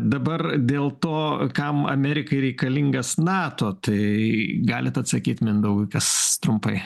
dabar dėl to kam amerikai reikalingas nato tai galit atsakyt mindaugui kas trumpai